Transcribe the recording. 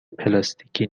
پلاستیکی